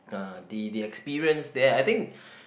uh the the experience there I think